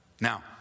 Now